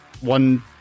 one